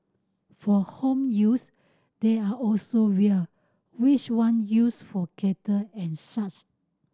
for home use there are also vial which you use for kettle and such